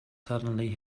suddenly